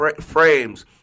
frames